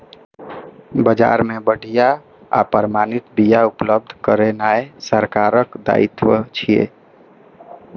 बाजार मे बढ़िया आ प्रमाणित बिया उपलब्ध करेनाय सरकारक दायित्व छियै